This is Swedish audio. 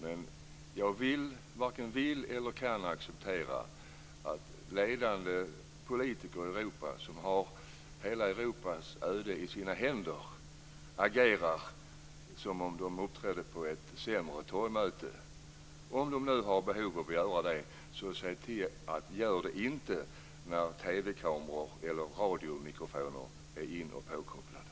Men jag varken kan eller vill acceptera att ledande politiker i Europa som har hela Europas öde i sina händer agerar som om de uppträdde på ett sämre torgmöte. Och om de har behov av att göra det gäller det att se till att inte göra det när TV-kameror eller radiomikrofoner är påkopplade.